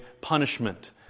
punishment